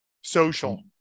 social